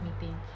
meeting